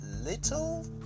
little